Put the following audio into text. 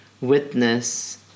witness